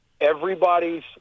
everybody's